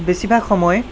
বেছিভাগ সময়